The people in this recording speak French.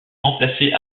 remplacé